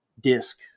disc